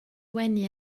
wenu